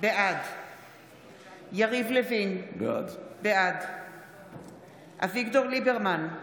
בעד יריב לוין, בעד אביגדור ליברמן,